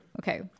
okay